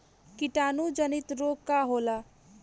कीटाणु जनित रोग का होला?